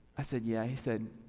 i said, yeah. he said,